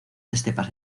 estepas